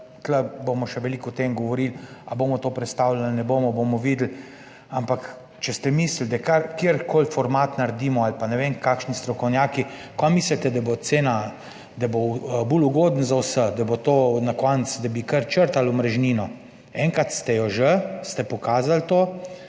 tu še veliko govorili o tem, ali bomo to prestavljali ali ne bomo, bomo videli, ampak če ste mislili, da katerikoli format naredimo ali pa ne vem kakšni strokovnjaki, kaj mislite, da bo bolj ugodno za vse, da bo na koncu to, da bi kar črtali omrežnino? Enkrat ste jo že, to ste pokazali,